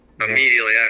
immediately